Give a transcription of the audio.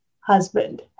husband